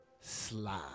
slide